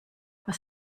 was